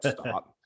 Stop